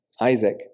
Isaac